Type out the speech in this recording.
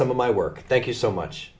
some of my work thank you so much